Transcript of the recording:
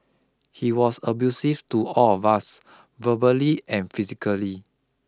he was abusive to all of us verbally and physically